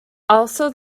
also